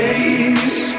Days